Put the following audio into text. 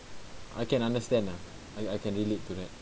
I can understand ah I I can relate to that